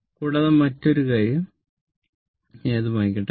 കൂടാതെ മറ്റൊരു കാര്യം ഞാൻ അത് മായ്ക്കട്ടെ